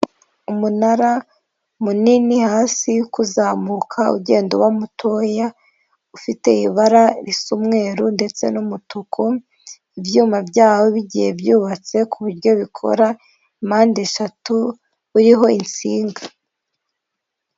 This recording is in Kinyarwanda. Umunara munini hasi kuzamuka ugenda uba mutoya, ufite ibara risa umweru ndetse n'umutuku, ibyuma byawo bigiye byubatse ku buryo bikora impandeshatu uriho insinga.